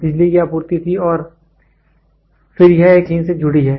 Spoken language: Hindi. तो बिजली की आपूर्ति थी और फिर यह एक मशीन से जुड़ी है